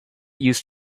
used